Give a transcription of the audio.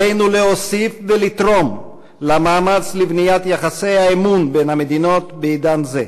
עלינו להוסיף ולתרום למאמץ לבניית יחסי האמון בין המדינות בעידן זה,